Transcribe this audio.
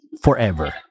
forever